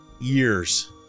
Years